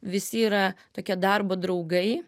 visi yra tokie darbo draugai